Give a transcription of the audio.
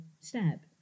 step